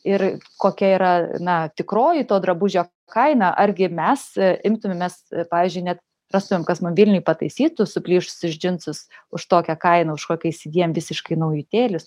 ir kokia yra na tikroji to drabužio kaina argi mes imtumėmės pavyzdžiui net rastumėm kas mum vilniuj pataisytų suplyšusius džinsus už tokią kainą už kokią įsigyjam visiškai naujutėlius